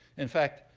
in fact,